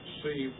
see